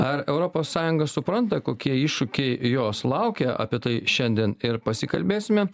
ar europos sąjunga supranta kokie iššūkiai jos laukia apie tai šiandien ir pasikalbėsime